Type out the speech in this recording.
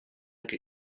like